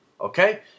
okay